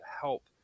help